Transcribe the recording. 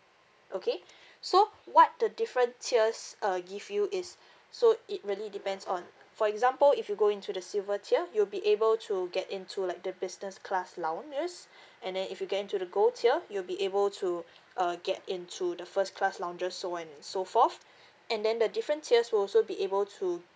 okay so what the different tiers uh give you is so it really depends on for example if you go into the silver tier you'll be able to get into like the business class lounges and then if you get into the gold tier you'll be able to uh get into the first class lounges so on and so forth and then the different tiers will also be able to